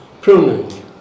pruning